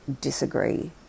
disagree